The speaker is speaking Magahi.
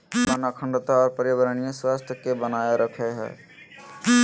वन अखंडता और पर्यावरणीय स्वास्थ्य के बनाए रखैय हइ